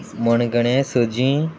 मणगणें सजी